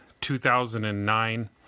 2009